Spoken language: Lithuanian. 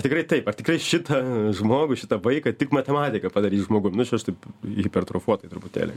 tikrai taip ar tikrai šitą žmogų šitą vaiką tik matematika padarys žmogum nu čia aš taip hipertrofuotai truputėlį